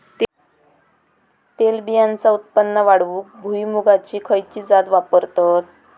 तेलबियांचा उत्पन्न वाढवूक भुईमूगाची खयची जात वापरतत?